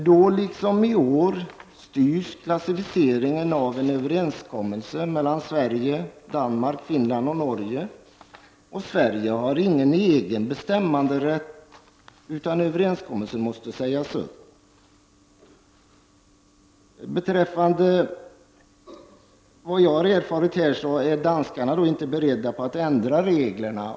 Då liksom i år styrs klassificeringen av en överenskommelse mellan Sverige, Danmark, Finland och Norge. Sverige har inte någon egen bestämmanderätt, utan överenskommelsen måste sägas upp. Enligt vad jag erfarit är danskarna inte beredda att ändra reglerna.